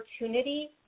opportunity